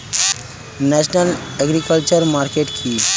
National agriculture market কি?